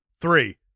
three